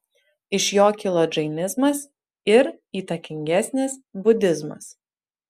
iš jo kilo džainizmas ir įtakingesnis budizmas